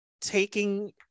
taking